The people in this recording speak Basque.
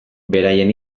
beraien